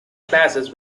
classes